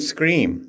Scream